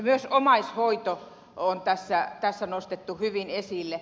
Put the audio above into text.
myös omaishoito on tässä nostettu hyvin esille